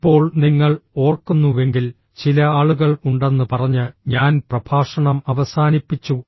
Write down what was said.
ഇപ്പോൾ നിങ്ങൾ ഓർക്കുന്നുവെങ്കിൽ ചില ആളുകൾ ഉണ്ടെന്ന് പറഞ്ഞ് ഞാൻ പ്രഭാഷണം അവസാനിപ്പിച്ചു